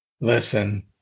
Listen